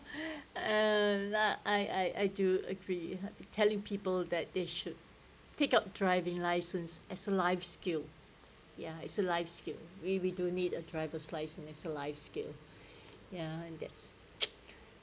uh that I I I do agree telling people that they should take up driving licence as a life skill ya it's a life skill we we do need a driver's license it's a life skill ya and that's